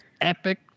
epic